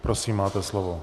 Prosím, máte slovo.